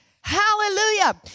Hallelujah